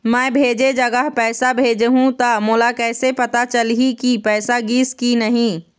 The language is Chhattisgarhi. मैं भेजे जगह पैसा भेजहूं त मोला कैसे पता चलही की पैसा गिस कि नहीं?